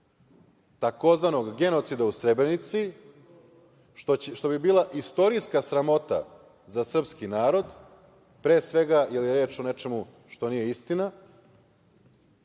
takozvanog genocida u Srebrenici, što bi bila istorijska sramota za srpski narod, pre svega jer je reč o nečemu što nije istina.